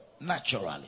naturally